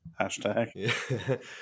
hashtag